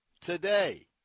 today